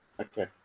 Okay